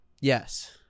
Yes